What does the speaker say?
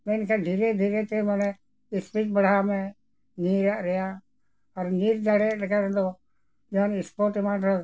ᱢᱮᱱᱠᱷᱟᱱ ᱫᱷᱤᱨᱮ ᱫᱷᱤᱨᱮ ᱛᱮ ᱢᱟᱱᱮ ᱤᱥᱯᱤᱰ ᱵᱟᱲᱦᱟᱣ ᱢᱮ ᱧᱤᱨᱟᱜ ᱨᱮᱭᱟᱜ ᱟᱨ ᱧᱤᱨ ᱫᱟᱲᱮ ᱞᱮᱠᱷᱟᱱ ᱫᱚ ᱡᱟᱦᱟᱱ ᱥᱯᱳᱨᱴ ᱮᱢᱟᱱ ᱨᱮᱦᱚᱸ